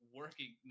working